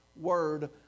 Word